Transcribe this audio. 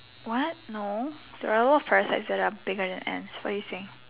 what no there are a lot of parasites that are bigger than ants what are you saying